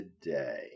today